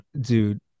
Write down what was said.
dude